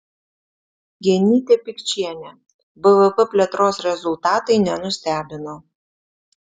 genytė pikčienė bvp plėtros rezultatai nenustebino